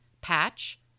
patch